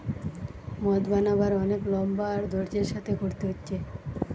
মদ বানানার অনেক লম্বা আর ধৈর্য্যের সাথে কোরতে হচ্ছে